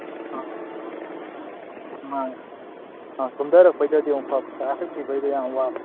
ꯑ ꯃꯥꯅꯤ ꯃꯥꯅꯤ ꯑ ꯀꯨꯝꯊꯔꯛꯄꯩꯗꯗꯤ ꯑꯃꯨꯛ ꯐꯕ ꯀꯥꯈꯠꯈꯤꯕꯩꯗꯣ ꯌꯥꯝ ꯋꯥꯕꯗꯣ